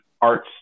arts